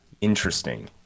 Interesting